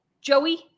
Joey